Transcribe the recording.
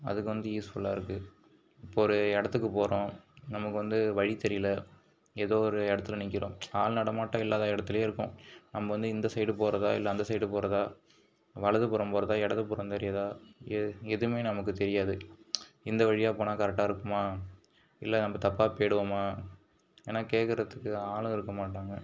அதுக்கு வந்து யூஸ்ஃபுல்லாக இருக்குது இப்போது ஒரு இடத்துக்கு போகிறோம் நமக்கு வந்து வழி தெரியலை ஏதோ ஒரு இடத்துல நிற்கிறோம் ஆள் நடமாட்டம் இல்லாத இடத்துலயே இருக்கோம் நம்ம வந்து இந்த சைடு போகிறதா இல்லை அந்த சைடு போகிறதா வலது புறம் போகிறதா இடது புறம் தெரியிதா எதுவுமே நமக்கு தெரியாது இந்த வழியாக போனால் கரெக்ட்டாக இருக்குமா இல்லை நம்ம தப்பாக போயிடுவோமா ஏன்னா கேட்கறதுக்கு ஆளும் இருக்க மாட்டாங்க